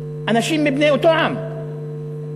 אנשים מבני אותו עם,